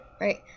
right